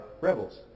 rebels